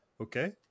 Okay